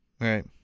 right